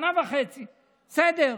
שנה וחצי, בסדר.